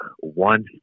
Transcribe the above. one